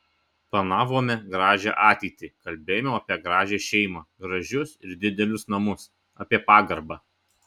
planavome gražią ateitį kalbėjome apie gražią šeimą gražius ir didelius namus apie pagarbą